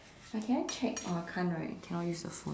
like can I check or can't right cannot use the phone